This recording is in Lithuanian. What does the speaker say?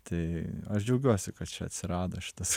tai aš džiaugiuosi kad čia atsirado šitas